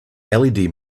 led